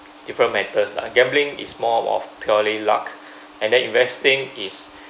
different matters lah gambling is more of purely luck and then investing is